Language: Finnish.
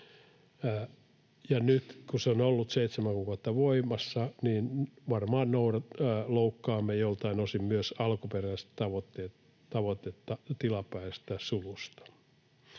nyt kun se on ollut seitsemän kuukautta voimassa, niin varmaan loukkaamme joltain osin myös alkuperäistä tavoitetta tilapäisestä sulusta.